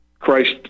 Christ